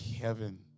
Kevin